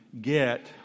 get